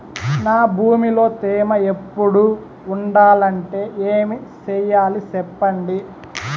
నా భూమిలో తేమ ఎప్పుడు ఉండాలంటే ఏమి సెయ్యాలి చెప్పండి?